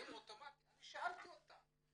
אני שאלתי אותה.